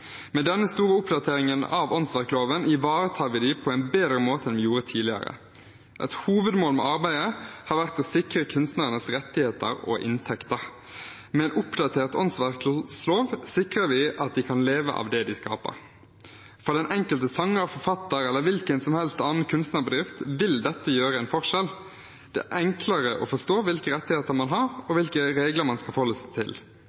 Med denne store oppdateringen av åndsverkloven ivaretar vi dem på en bedre måte enn vi gjorde tidligere. Et hovedmål med arbeidet har vært å sikre kunstnernes rettigheter og inntekter. Med en oppdatert åndsverklov sikrer vi at de kan leve av det de skaper. For den enkelte sanger, forfatter eller hvilken som helst annen kunstnerbedrift vil dette gjøre en forskjell. Det er enklere å forstå hvilke rettigheter man har, og hvilke regler man skal forholde seg til.